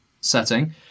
setting